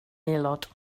aelod